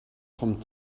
kommt